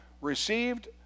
received